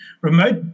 Remote